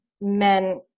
men